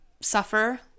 suffer